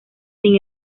sin